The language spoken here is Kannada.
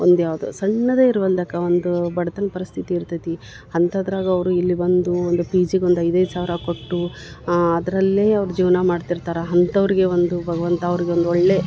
ಒಂದು ಯಾವುದೋ ಸಣ್ಣದೇ ಇರೆ ಒಂದಕ್ಕ ಒಂದು ಬಡತನ ಪರಿಸ್ಥಿತಿ ಇರ್ತೈತಿ ಅಂತದ್ರಾಗ ಅವ್ರ ಇಲ್ಲಿ ಬಂದೂ ಒಂದು ಪಿ ಜಿಗೊಂದು ಐದು ಐದು ಸಾವಿರ ಕೊಟ್ಟು ಅದರಲ್ಲೇ ಅವ್ರ ಜೀವನ ಮಾಡ್ತಿರ್ತರ ಅಂಥವ್ರ್ಗೆ ಒಂದು ಭಗ್ವಂತ ಅವ್ರ್ಗ ಒಂದು ಒಳ್ಳೆಯ